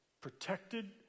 protected